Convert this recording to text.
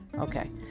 Okay